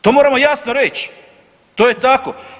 To moramo jasno reći, to je tako.